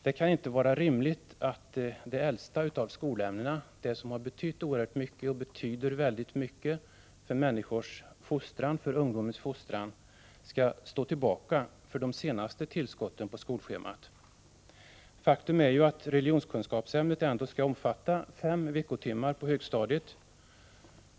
De kan inte vara rimligt att det äldsta av skolämnena, det som har betytt och fortfarande betyder oerhört mycket för människor och för ungdomens fostran, skall stå tillbaka för de senaste tillskotten på skolschemat. Faktum är att religionskunskapsämnet ändå skall omfatta fem veckotimmar på högstadiet.